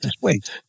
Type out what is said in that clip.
wait